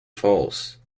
falls